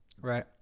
Right